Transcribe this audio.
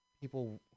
people